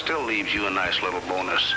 still leave you a nice little bonus